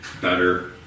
better